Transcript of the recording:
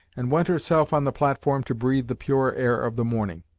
and went herself on the platform to breathe the pure air of the morning.